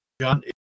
John